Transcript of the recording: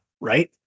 right